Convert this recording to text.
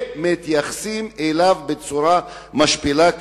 מתייחסים אליו בצורה משפילה,